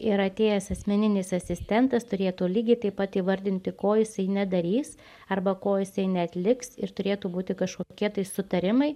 ir atėjęs asmeninis asistentas turėtų lygiai taip pat įvardinti ko jisai nedarys arba ko jisai neatliks ir turėtų būti kažkokie tai sutarimai